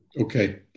Okay